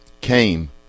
came